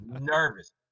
nervous